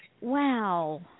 Wow